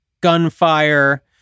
gunfire